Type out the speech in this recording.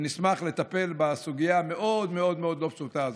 ונשמח לטפל בסוגיה המאוד-מאוד-מאוד לא פשוטה הזאת.